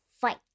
fight